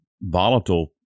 volatile